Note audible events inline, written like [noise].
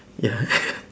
ya [breath]